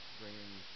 bringing